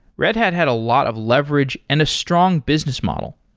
red hat had a lot of leverage and a strong business model.